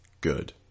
Good